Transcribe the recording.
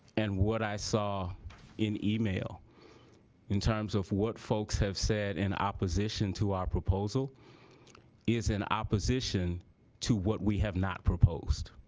and what i saw in email in terms of what folks have said in opposition to our proposal is in opposition to what we have not proposed